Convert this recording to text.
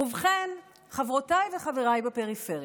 ובכן, חברותיי וחבריי בפריפריה,